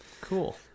Cool